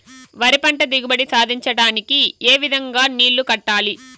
వరి పంట దిగుబడి సాధించడానికి, ఏ విధంగా నీళ్లు కట్టాలి?